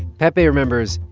pepe remembers,